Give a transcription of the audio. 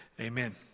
Amen